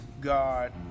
God